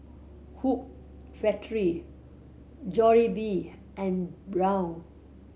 Hoop Factory Jollibee and Braun